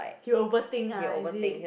he overthink ah is it